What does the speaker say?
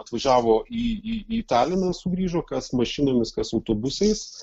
atvažiavo į į taliną sugrįžo kas mašinomis kas autobusais